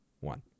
one